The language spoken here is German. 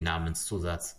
namenszusatz